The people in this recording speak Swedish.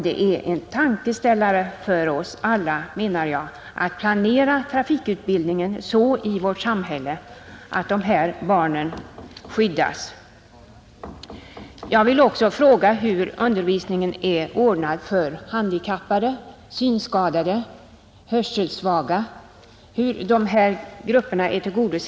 Det är en tankeställare för oss alla, menar jag, att planera trafikutbildningen så i vårt samhälle att dessa barn skyddas.